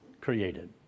created